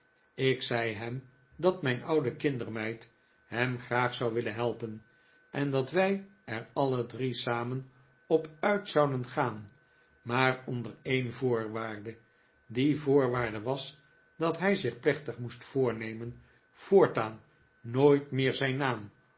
ik zei hem dat mijn oude kindermeid hem graag zou willen helpen en dat wij er alle drie samen op uit zouden gaan maar onder een voorwaarde die voorwaarde was dat hij zich plechtig moest voornemen voortaan nooit meer zijn naam